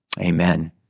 Amen